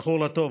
זכור לטוב.